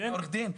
אתה עורך דין?